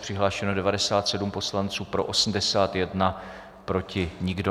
Přihlášeno 97 poslanců, pro 81, proti nikdo.